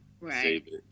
Right